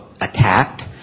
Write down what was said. attacked